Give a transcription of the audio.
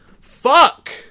fuck